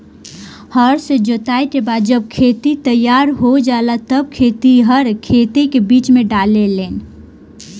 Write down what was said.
हर से जोताई के बाद जब खेत तईयार हो जाला तब खेतिहर खेते मे बीज डाले लेन